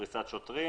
פרישת שוטרים